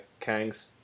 Kangs